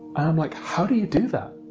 i'm like how do you do that?